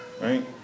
Right